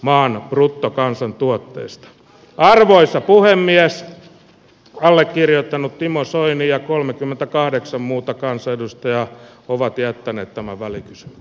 maan bruttokansantuotteesta arvoisa puhemies allekirjoittanut timo soini ja kolmekymmentäkahdeksan muuta kansanedustajaa ovat jättäneet esittämistä varten